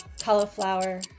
Cauliflower